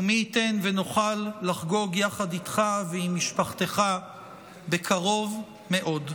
ומי ייתן ונוכל לחגוג יחד איתך ועם משפחתך בקרוב מאוד.